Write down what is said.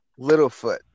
Littlefoot